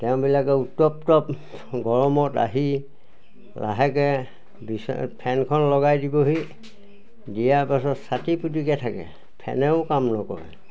তেওঁবিলাকে উত্তপ্ত গৰমত আহি লাহেকৈ বিচ ফেনখন লগাই দিবহি দিয়াৰ পাছত চাতিফুতিকে থাকে ফেনেও কাম নকৰে